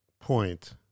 point